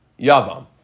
Yavam